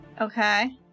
Okay